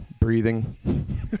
breathing